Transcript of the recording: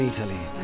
Italy